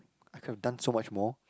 I could have done so much more